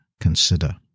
consider